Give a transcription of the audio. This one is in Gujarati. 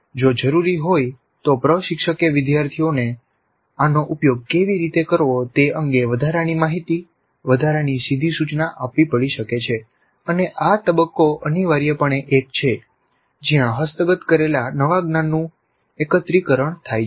તેથી જો જરૂરી હોય તો પ્રશિક્ષકે વિદ્યાર્થીઓને આનો ઉપયોગ કેવી રીતે કરવો તે અંગે વધારાની માહિતી વધારાની સીધી સૂચના આપવી પડી શકે છે અને આ તબક્કો અનિવાર્યપણે એક છે જ્યાં હસ્તગત કરેલા નવા જ્ઞાનનું એકત્રીકરણ થાય છે